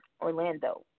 Orlando